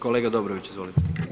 Kolega Dobrović, izvolite.